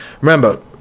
remember